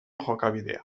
jokabidea